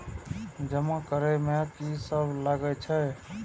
जमा करे में की सब लगे छै?